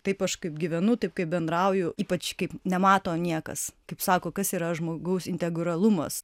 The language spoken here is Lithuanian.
taip aš kaip gyvenu taip kaip bendrauju ypač kai nemato niekas kaip sako kas yra žmogaus integralumas